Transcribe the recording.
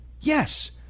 Yes